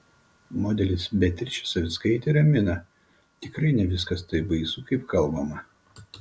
modelis beatričė savickaitė ramina tikrai ne viskas taip baisu kaip kalbama